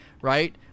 right